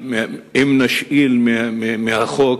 נשאיל מהחוק,